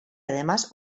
además